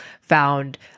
found